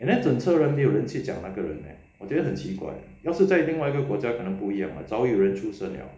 and then 整车人没有人去讲那个人 leh 我觉得很奇怪要是在另外一个国家可能不一样早已有人出声了